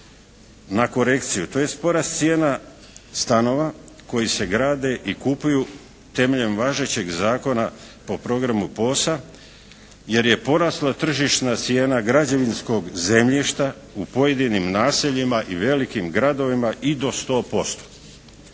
na korekciju, tj. porast cijena stanova koji se grade i kupuju temeljem važećeg zakona po programu POS-a jer je porasla tržišna cijena građevinskog zemljišta u pojedinim naseljima i velikim gradovima i do 100%.